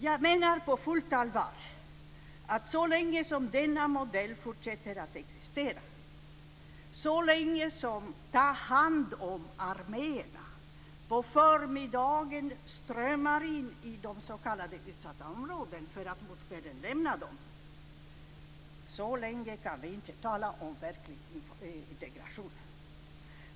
Jag menar på fullt allvar att så länge som denna modell fortsätter att existera, så länge som "ta-handom-arméerna" på förmiddagen strömmar in i de s.k. utsatta områdena för att mot kvällen lämna dem, kan vi inte tala om verklig integration.